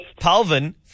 Palvin